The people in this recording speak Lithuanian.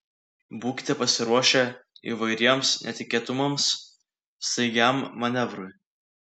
būkite pasiruošę įvairiems netikėtumams staigiam manevrui